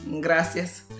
Gracias